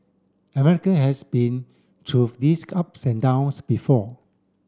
America has been through these ups and downs before